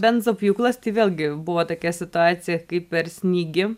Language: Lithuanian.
benzopjūklas tai vėlgi buvo tokia situacija kai per snygį